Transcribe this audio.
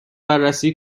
بررسی